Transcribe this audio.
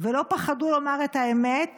ולא פחדו לומר את האמת.